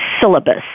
syllabus